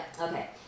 okay